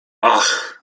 ach